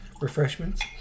Refreshments